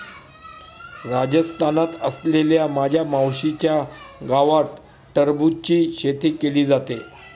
राजस्थानात असलेल्या माझ्या मावशीच्या गावात टरबूजची शेती केली जाते